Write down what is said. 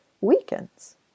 weakens